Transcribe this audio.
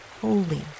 holy